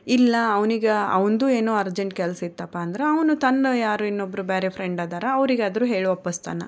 ಇಲ್ಲ ಅವನಿಗೆ ಅವನದ್ದು ಏನೋ ಅರ್ಜೆಂಟ್ ಕೆಲ್ಸ ಇತ್ತಪ್ಪ ಅಂದ್ರೆ ಅವನು ತನ್ನ ಯಾರು ಇನ್ನೊಬ್ಬರು ಬೇರೆ ಫ್ರೆಂಡ್ ಅದಾರ ಅವರಿಗಾದರೂ ಹೇಳಿ ಒಪ್ಪಿಸ್ತಾನ